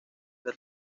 del